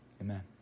Amen